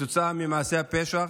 כתוצאה ממעשי הפשע